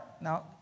now